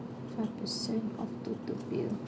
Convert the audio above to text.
five percent up to two bill